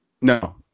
No